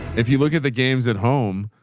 if you look at the games at home,